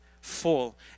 full